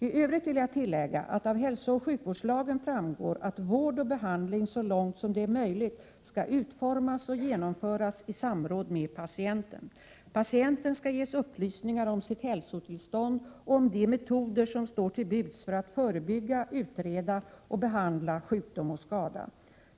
I övrigt vill jag tillägga att av hälsooch sjukvårdslagen framgår att vård och behandling så långt som det är möjligt skall utformas och genomföras i samråd med patienten. Patienten skall ges upplysningar om sitt hälsotillstånd och om de metoder som står till buds för att förebygga, utreda och behandla sjukdom och skada.